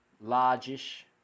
Large-ish